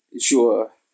sure